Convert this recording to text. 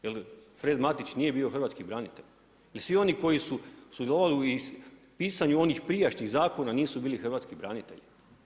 Jel Fred Matić nije bio hrvatski branitelj ili svi oni koji su sudjelovali u pisanju onih prijašnjih zakona nisu bili hrvatski branitelji?